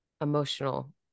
emotional